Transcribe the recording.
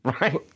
Right